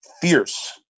fierce